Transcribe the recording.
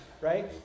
right